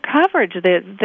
coverage